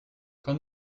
quand